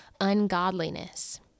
ungodliness